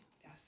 yes